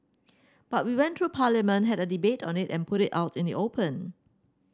but we went through Parliament had a debate on it and put it out in the open